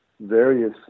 various